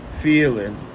feeling